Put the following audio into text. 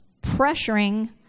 pressuring